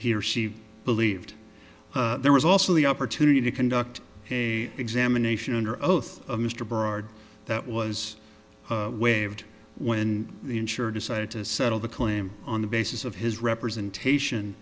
he or she believed there was also the opportunity to conduct a examination under oath mr berard that was waived when the insurer decided to settle the claim on the basis of his representation